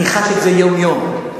אני מסכם את דברי ואני אומר: